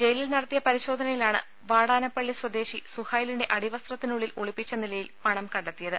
ജയിലിൽ നടത്തിയ പരിശോധനയിലാണ് വാടാനപ്പള്ളി സ്വദേശി സുഹൈലിന്റെ അടിവസ്ത്രത്തിനുള്ളിൽ ഒളിപ്പിച്ചു നിലയിൽ പണം കണ്ടെത്തിയത്